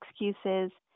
excuses